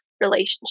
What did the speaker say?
relationship